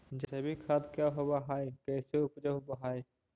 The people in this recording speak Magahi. जैविक खाद क्या होब हाय कैसे उपज हो ब्हाय?